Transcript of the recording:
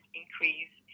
increase